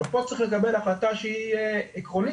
עכשיו פה צריך לקבל החלטה שהיא עקרונית,